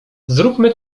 zróbmy